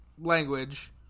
language